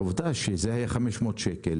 עובדה שהקנס היה בגובה 500 שקלים,